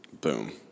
Boom